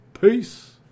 Peace